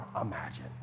imagine